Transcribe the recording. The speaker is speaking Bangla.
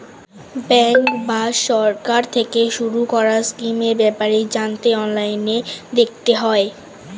ব্যাঙ্ক বা সরকার থেকে শুরু করা স্কিমের ব্যাপারে জানতে অনলাইনে দেখতে হয়